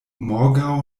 morgaŭ